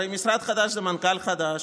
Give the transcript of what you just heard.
הרי משרד חדש זה מנכ"ל חדש,